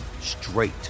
straight